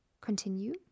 continue